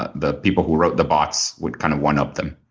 but the people who wrote the bots would kind of one up them.